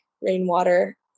rainwater